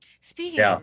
speaking